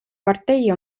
partei